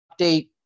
update